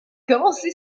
commencé